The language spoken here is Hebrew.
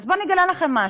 אז בואו אני אגלה לכם משהו,